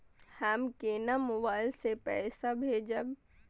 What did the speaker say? हम केना मोबाइल से पैसा भेजब?